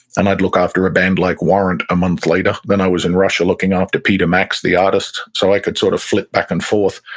and i'd look after a band like warrant a month later. then i was in russia looking after peter max, the artist so i could sort of flip back and forth.